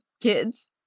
kids